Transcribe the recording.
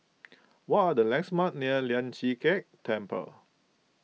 what are the landmarks near Lian Chee Kek Temple